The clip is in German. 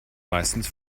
meistens